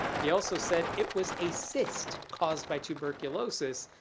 he also said it was a cyst caused by tuberculosis,